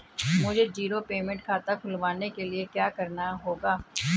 मुझे zero payment खाता खुलवाने के लिए क्या करना होगा?